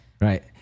right